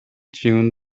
june